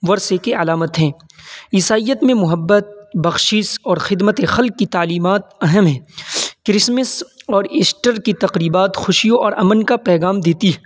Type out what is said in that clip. ورثے کے علامت ہیں عیسائیت میں محبت بخشس اور خدمت خلق کی تعلیمات اہم ہیں کرسمس اور ایسٹر کی تقریبات خوشیوں اور امن کا پیغام دیتی ہے